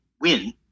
win